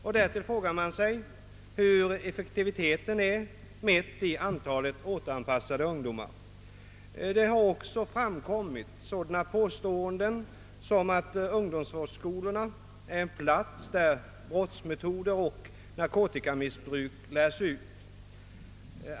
Man frågar sig hurudan effektiviteten är, mätt i antalet återanpassade ungdomar. Jag har också hört sådana påståenden som att ungdomsvårdsskolorna är platser där brottsmetoder och narkotikamissbruk lärs ut.